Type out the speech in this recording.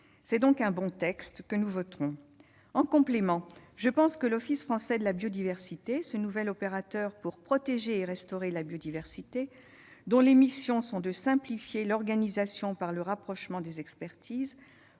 s'agit donc d'un bon texte, que nous voterons. En complément, je pense que l'Office français de la biodiversité, ce nouvel opérateur pour protéger et restaurer la biodiversité et dont les missions sont de simplifier l'organisation par le rapprochement des expertises,